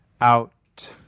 out